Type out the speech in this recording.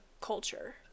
culture